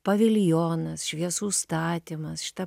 paviljonas šviesų statymas šita